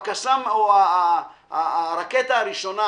או הרקטה הראשונה